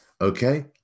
okay